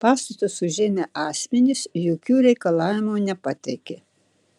pastatus užėmę asmenys jokių reikalavimų nepateikė